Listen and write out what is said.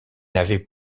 n’avait